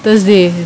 those the